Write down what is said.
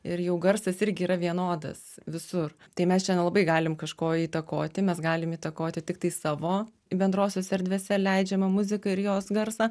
ir jau garsas irgi yra vienodas visur tai mes čia nelabai galim kažko įtakoti mes galim įtakoti tiktai savo bendrosiose erdvėse leidžiamą muziką ir jos garsą